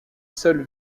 seule